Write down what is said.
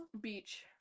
Beach